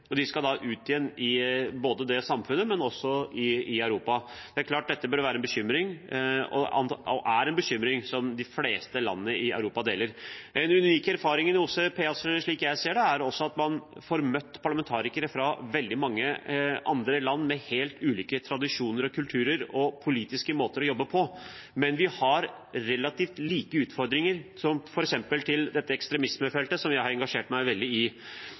fengsel. De fikk relativt korte straffer, og de skal ut igjen både i det samfunnet og i Europa. Det er klart at dette bør være en bekymring, og er en bekymring, som de fleste land i Europa deler. En unik erfaring innen OSSE PA, slik jeg ser det, er også at man får møte parlamentarikere fra mange andre land, med helt ulike tradisjoner, kulturer og politiske måter å jobbe på. Men vi har relativt like utfordringer, f.eks. dette ekstremismefeltet, som jeg har engasjert meg veldig i.